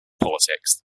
politics